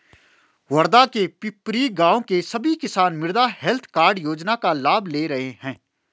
वर्धा के पिपरी गाँव के सभी किसान मृदा हैल्थ कार्ड योजना का लाभ ले रहे हैं